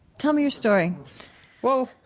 tell me your story well,